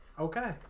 Okay